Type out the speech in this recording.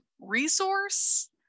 resource